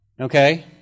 okay